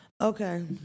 Okay